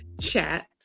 chat